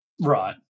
Right